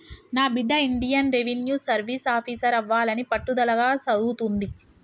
నా బిడ్డ Indian revenue service officer అవ్వాలని పట్టుదలగా సదువుతుంది